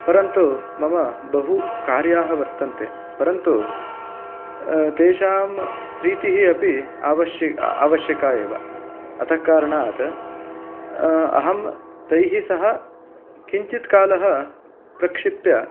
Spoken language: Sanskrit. परन्तु मम बहु कार्याणि वर्तन्ते परन्तु तेषां प्रीतिः अपि आवश्य आवश्यका एव अतः कारणात् अहं तैः सह किञ्चित् कालः प्रक्षिप्य